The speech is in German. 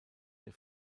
der